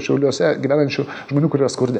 šiauliuose gyvenančių žmonių kurie skurde